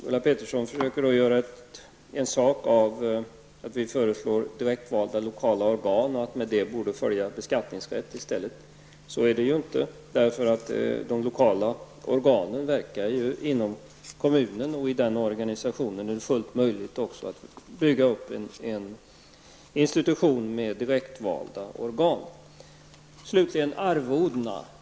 Ulla Pettersson försöker göra sak av att vi föreslår direktvalda lokala organ, och säger att med det borde följa beskattningsrätt. Så är det ju inte. De lokala organen verkar inom kommunen, och i den organisationen är det fullt möjligt att bygga upp en institution med direktvalda organ. Slutligen gäller det arvodena.